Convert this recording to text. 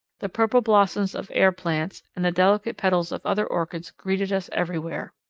the purple blossoms of air plants, and the delicate petals of other orchids greeted us everywhere.